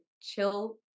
chill